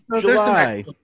July